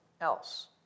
else